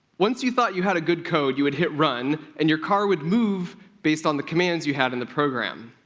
once you thought you had a good code, you would hit run, and your car would move based on the commands you had in the program.